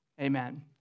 Amen